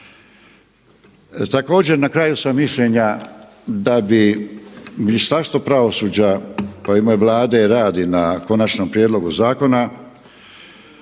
Također na kraju sam mišljenja da bi Ministarstvo pravosuđa pa i u ime Vlade radi na konačnom prijedlogu zakona